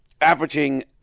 averaging